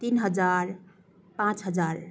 तिन हजार पाँच हजार